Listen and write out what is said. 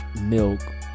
milk